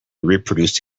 reproduce